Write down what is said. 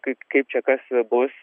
kaip kaip čia kas bus